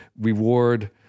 reward